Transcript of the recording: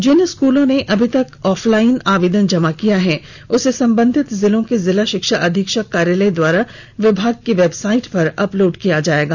जिन स्कूलों ने अभी तक ऑफलाइन आवेदन जमा किया है उसे संबंधित जिलों के जिला शिक्षा अधीक्षक कार्यालय द्वारा विभाग की वेबसाइट पर अपलोड किया जाएगा